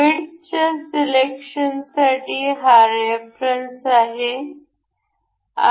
वीडथच्या सिलेक्शनसाठी हा रेफरन्स आहे